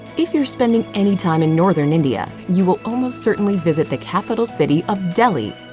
if you're spending any time in northern india, you will almost certainly visit the capital city of delhi.